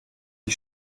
die